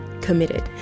committed